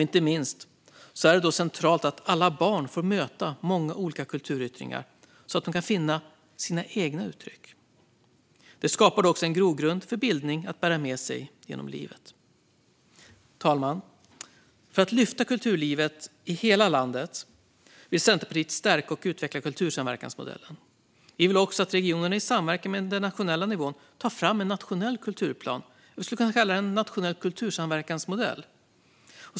Inte minst är det centralt att alla barn får möta många olika kulturyttringar, så att de kan finna sina egna uttryck. Det skapar då också en grogrund för bildning att bära med sig genom livet. Fru talman! För att lyfta kulturlivet i hela landet vill Centerpartiet stärka och utveckla kultursamverkansmodellen. Vi vill också att regionerna i samverkan med den nationella nivån tar fram en nationell kulturplan - vi skulle kunna kalla det en nationell kultursamverkansmodell.